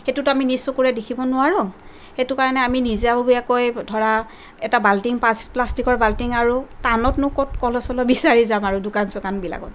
সেইটোতো আমি নিজ চকুৰে দেখিব নোৱাৰোঁ সেইটো কাৰণে আমি নিজাববীয়াকৈ ধৰা এটা বাল্টিং প্লাষ্টিকৰ বাল্টিং আৰু টাউনতনো ক'ত কলহ চলহ বিচাৰি যাম আৰু দোকান চোকানবিলাকত